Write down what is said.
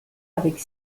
avec